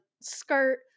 skirt